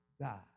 God